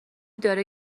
داره